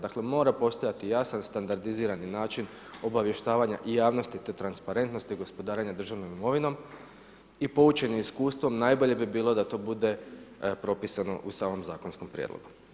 Dakle, mora postojati jasan standardizirani način obavještavanja i javnosti te transparentnosti gospodarenja državnom imovinom i poučeni iskustvom najbolje bi bilo da to bude propisano u samom zakonskom prijedlogu.